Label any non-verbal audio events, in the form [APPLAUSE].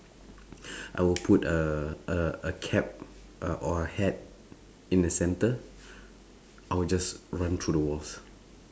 [BREATH] I will put a a a cap uh or a hat in the centre [BREATH] I will just run through the walls